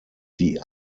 die